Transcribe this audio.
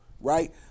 right